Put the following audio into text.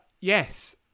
yes